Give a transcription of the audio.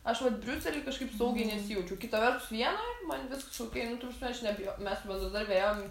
aš vat briusely kažkaip saugiai nesijaučiau kita vertus vienoj man viskas okei nu ta prasme aš nebijo mes su bendradarbe ėjom